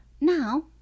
Now